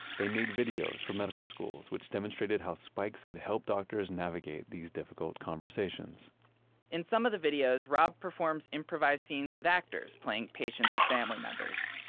they made videos for medical schools which demonstrated how spikes could help doctors navigate these difficult conversations in some of the videos, rob performs improvised scenes with actors playing patients or family members.